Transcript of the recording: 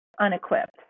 unequipped